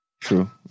True